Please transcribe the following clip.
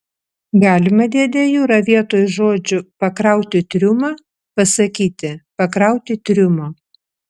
galima dėde jura vietoj žodžių pakrauti triumą pasakyti pakrauti triumo